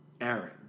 Aaron